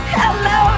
hello